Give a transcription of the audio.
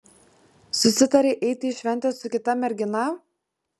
susitarei eiti į šventę su kita mergina